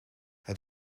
het